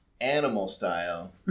animal-style